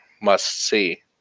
must-see